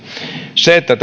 sitä että